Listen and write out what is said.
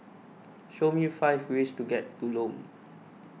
show me five ways to get to Lome